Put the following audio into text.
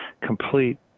complete